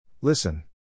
Listen